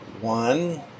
One